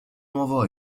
nuovo